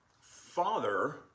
father